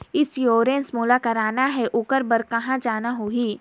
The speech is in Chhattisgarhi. इंश्योरेंस मोला कराना हे ओकर बार कहा जाना होही?